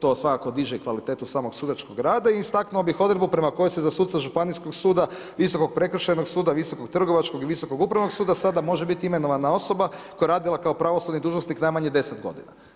To svakako diže kvalitetu samog sudačkog rada i istaknuo bih odredbu prema kojoj se za suca Županijskog suda, Visokog prekršajnog suda, Visokog trgovačkog i Visokog upravnog suda sada može biti imenovana osoba koja je radila kao pravosudni dužnosnik najmanje 10 godina.